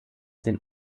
den